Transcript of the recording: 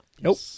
Nope